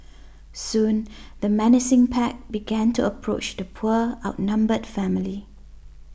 soon the menacing pack began to approach the poor outnumbered family